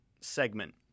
segment